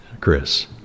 Chris